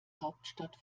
hauptstadt